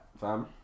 fam